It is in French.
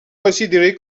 considéré